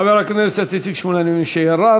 חבר הכנסת איציק שמולי, אני מבין שירד.